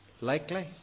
likely